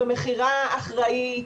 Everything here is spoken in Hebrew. במכירה אחראית,